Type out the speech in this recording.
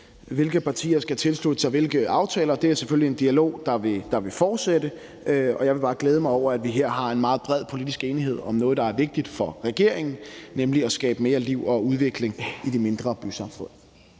hvilke partier der skal tilslutte sig hvilke aftaler. Det er selvfølgelig en dialog, der vil fortsætte, og jeg vil bare glæde mig over, at vi her har en meget bred politisk enighed om noget, der er vigtigt for regeringen, nemlig at skabe mere liv og udvikling i de mindre bysamfund.